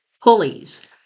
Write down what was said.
pulleys